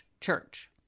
church